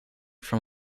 from